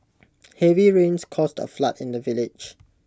heavy rains caused A flood in the village